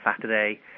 Saturday